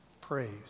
praise